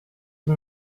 die